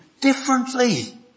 differently